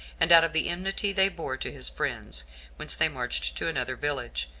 and out of the enmity they bore to his friends whence they marched to another village,